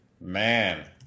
Man